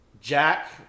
Jack